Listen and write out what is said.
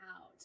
out